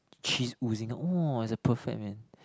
cheese oozing out !wah! it's a perfect man